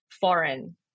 foreign